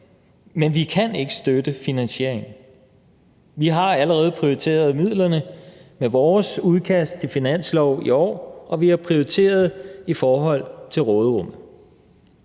men vi kan ikke støtte finansieringen. Vi har allerede prioriteret midlerne med vores udkast til finanslov i år, og vi har prioriteret i forhold til råderummet.